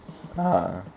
ah